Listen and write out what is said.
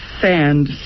sand